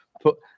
Put